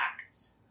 acts